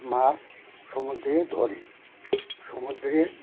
মাছ সমুদ্রে ধরি সমুদ্রে